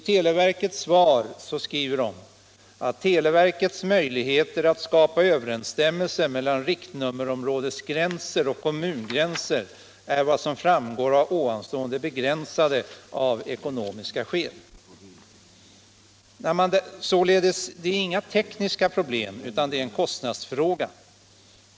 Televerket skriver i detta svar: ”Televerkets möjligheter att skapa överensstämmelse mellan riktnummerområdesgränser och kommungränser är av vad som framgår av ovanstående begränsade av ekonomiska skäl.” Det är således inga tekniska problem, utan det är en kostnadsfråga.